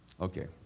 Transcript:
Okay